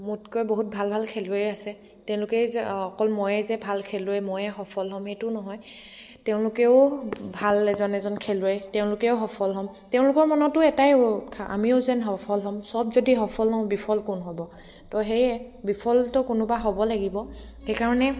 মোতকৈ বহুত ভাল ভাল খেলুৱৈয়ে আছে তেওঁলোকেই যে অকল ময়ে যে ভাল খেলুৱৈ ময়ে সফল হ'ম সেইটো নহয় তেওঁলোকেও ভাল এজন এজন খেলুৱৈ তেওঁলোকেও সফল হ'ম তেওঁলোকৰ মনতো এটাই আমিও যেন সফল হ'ম চব যদি সফল হওঁ বিফল কোন হ'ব তো সেয়ে বিফলটো কোনোবা হ'ব লাগিব সেইকাৰণে